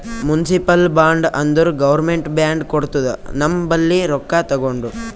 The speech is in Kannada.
ಮುನ್ಸಿಪಲ್ ಬಾಂಡ್ ಅಂದುರ್ ಗೌರ್ಮೆಂಟ್ ಬಾಂಡ್ ಕೊಡ್ತುದ ನಮ್ ಬಲ್ಲಿ ರೊಕ್ಕಾ ತಗೊಂಡು